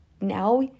now